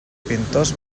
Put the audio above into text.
pintors